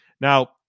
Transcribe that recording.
Now